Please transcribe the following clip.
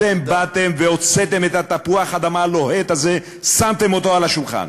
אתם באתם והוצאת את תפוח האדמה הלוהט הזה ושמתם אותו על השולחן,